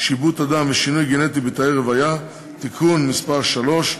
(שיבוט אדם ושינוי גנטי בתאי רבייה) (תיקון מס' 3),